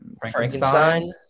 Frankenstein